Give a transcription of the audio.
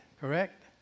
Correct